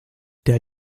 der